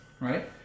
Right